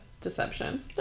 deception